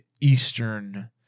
Eastern